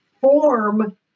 form